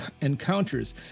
encounters